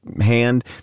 hand